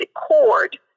cord